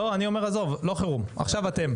לא, אני אומר עזוב, לא חירום, עכשיו אתם.